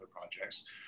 projects